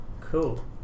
cool